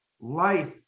life